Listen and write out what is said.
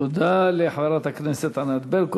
תודה לחברת הכנסת ענת ברקו.